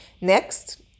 Next